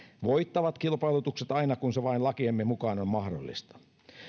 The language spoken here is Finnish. voittavat kilpailutukset aina kun se vain lakiemme mukaan on on mahdollista